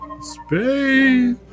Space